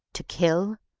to kill.